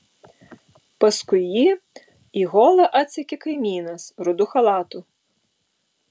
paskui jį į holą atsekė kaimynas rudu chalatu